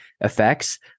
effects